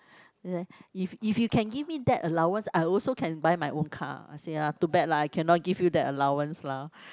if if you can give me that allowance I also can buy my own car I say ya too bad lah I cannot give you that allowance lah